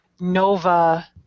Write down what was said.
Nova